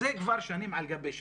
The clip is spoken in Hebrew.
זה כבר שנים על גבי שנים.